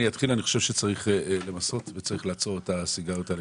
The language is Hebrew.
אני חושב שצריך למסות וצריך לעצור את הסיגריות האלקטרוניות.